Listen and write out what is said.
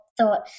thought